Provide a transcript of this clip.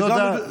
תודה.